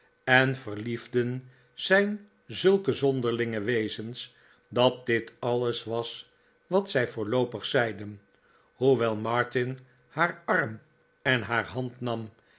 en verliefden zijn zulke zonderlinge wezens dat dit alles was wat zij voorloopig zeiden hoewel martin haar arm en haar hand nam